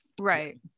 Right